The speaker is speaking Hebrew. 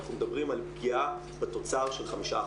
אנחנו מדברים על פגיעה בתוצר של 5%,